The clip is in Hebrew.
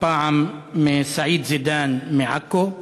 הפעם מסעיד זידאן מעכו.